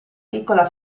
piccola